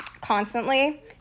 constantly